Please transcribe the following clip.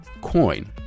coin